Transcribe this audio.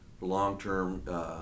long-term